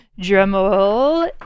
Dremel